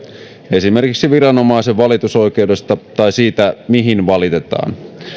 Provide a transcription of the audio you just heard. esimerkiksi viranomaisen valitusoikeudesta tai siitä mihin valitetaan